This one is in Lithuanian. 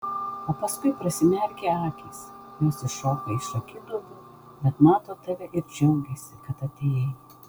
o paskui prasimerkia akys jos iššoka iš akiduobių bet mato tave ir džiaugiasi kad atėjai